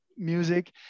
music